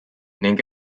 ning